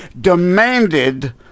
demanded